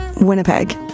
Winnipeg